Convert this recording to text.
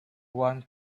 one